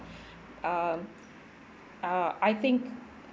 um uh I think